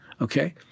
Okay